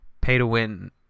pay-to-win